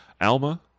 Alma